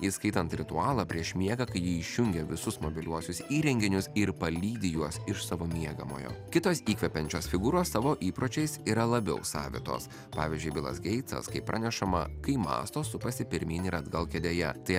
įskaitant ritualą prieš miegą kai ji išjungia visus mobiliuosius įrenginius ir palydi juos iš savo miegamojo kitos įkvepiančios figūros savo įpročiais yra labiau savitos pavyzdžiui bilas geitsas kaip pranešama kai mąsto supasi pirmyn ir atgal kėdėje tai